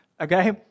Okay